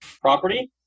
property